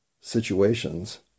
situations